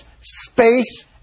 Space